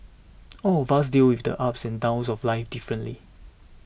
all of us deal with the ups and downs of life differently